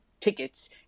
tickets